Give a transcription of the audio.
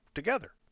together